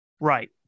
Right